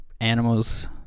animals